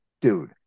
dude